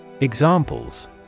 Examples